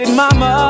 mama